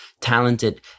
talented